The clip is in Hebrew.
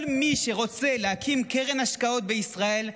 כל מי שרוצה להקים קרן השקעות בישראל,